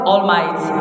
Almighty